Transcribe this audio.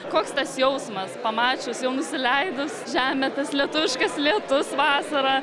koks tas jausmas pamačius jau nusileidus žemę tas lietuviškas lietus vasarą